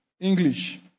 English